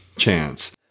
chance